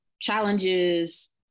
challenges